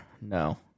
no